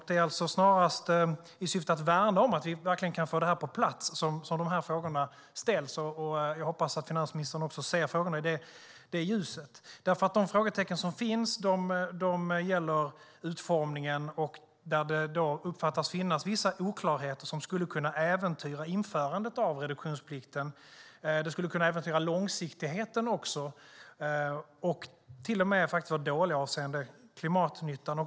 Det är snarast i syfte att värna om att det här ska komma på plats som de här frågorna ställs. Jag hoppas att finansministern ser frågorna i det ljuset. Frågetecknen gäller utformningen och det som uppfattas som vissa oklarheter som skulle kunna äventyra införandet av reduktionsplikten. Det skulle även kunna äventyra långsiktigheten och till och med vara dåligt avseende klimatnyttan.